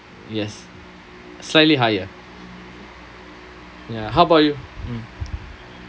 yes slightly higher ya how about you hmm